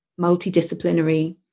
multidisciplinary